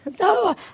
No